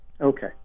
Okay